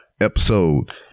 episode